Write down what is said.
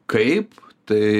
kaip tai